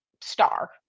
star